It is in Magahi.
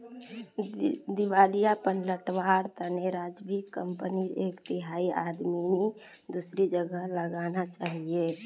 दिवालियापन टलवार तने राजीवक कंपनीर एक तिहाई आमदनी दूसरी जगह लगाना चाहिए